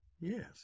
yes